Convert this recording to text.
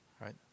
right